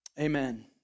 Amen